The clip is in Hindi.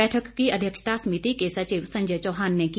बैठक की अध्यक्षता समिति के सचिव संजय चौहान ने की